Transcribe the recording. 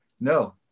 No